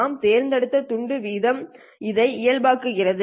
நாம் தேர்ந்தெடுத்த துண்டு வீதம் இதை இயல்பாக்குகிறது